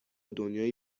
دنیایی